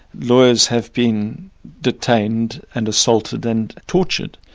lawyers have been detained and assaulted and tortured.